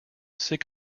sick